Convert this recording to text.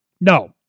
No